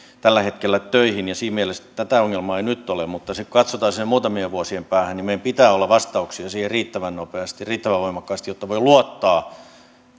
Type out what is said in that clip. tällä hetkellä töihin siinä mielessä tätä ongelmaa ei nyt ole mutta kun katsotaan sinne muutamien vuosien päähän niin meillä pitää olla vastauksia siihen riittävän nopeasti riittävän voimakkaasti jotta voi luottaa